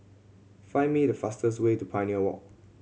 find me the fastest way to Pioneer Walk